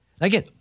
Again